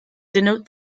denote